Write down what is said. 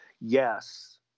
yes